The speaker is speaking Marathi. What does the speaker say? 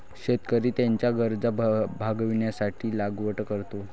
शेतकरी त्याच्या गरजा भागविण्यासाठी लागवड करतो